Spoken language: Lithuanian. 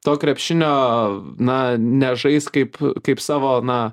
to krepšinio na nežais kaip kaip savo na